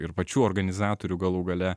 ir pačių organizatorių galų gale